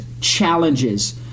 challenges